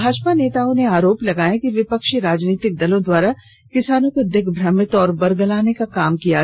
भाजपा नेताओं ने आरोप लगाया कि विपक्षी राजनींतिक दलों द्वारा किसानों को दिग्भ्रमित और बरगलाने का काम किया जा रहा है